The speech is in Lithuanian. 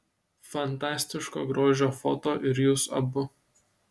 fantastiško grožio foto ir jūs abu